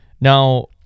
now